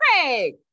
Craig